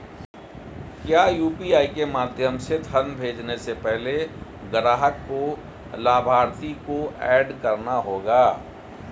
क्या यू.पी.आई के माध्यम से धन भेजने से पहले ग्राहक को लाभार्थी को एड करना होगा?